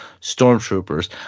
stormtroopers